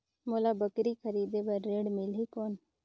मोला बकरी खरीदे बार ऋण मिलही कौन?